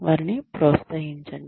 వారిని ప్రోత్సహించండి